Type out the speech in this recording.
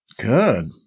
Good